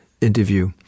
interview